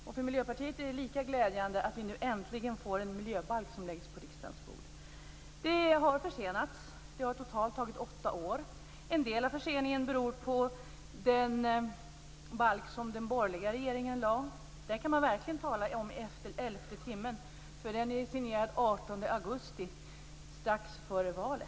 För oss i Miljöpartiet är det lika glädjande att ett förslag till miljöbalk äntligen lagts på riksdagens bord. Arbetet har försenats. Totalt har det tagit åtta år. En del av förseningen beror på det förslag till balk som den borgerliga regeringen lade fram. Där kan man verkligen tala om elfte timmen. Det förlaget signerades den 18 augusti, strax före valet!